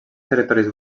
territoris